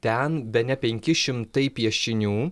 ten bene penki šimtai piešinių